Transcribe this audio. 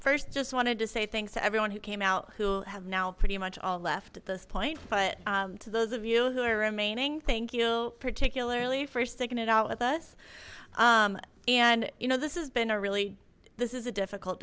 first just wanted to say thanks to everyone who came out who have now pretty much all left at this point but to those of you who are remaining thank you particularly for sticking it out with us and you know this has been a really this is a difficult